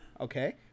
okay